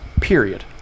period